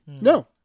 No